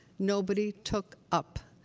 nobody took up.